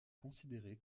considéré